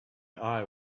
eye